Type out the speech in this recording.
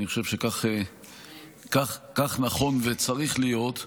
אני חושב שכך נכון וצריך להיות.